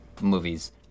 movies